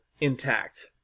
intact